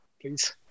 please